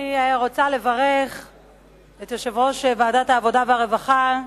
אני רוצה לברך את יושב-ראש ועדת העבודה והרווחה,